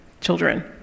children